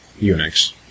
Unix